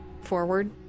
forward